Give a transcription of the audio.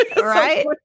Right